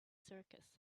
circus